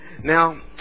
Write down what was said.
Now